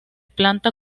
planta